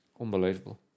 Unbelievable